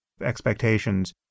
expectations